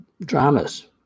dramas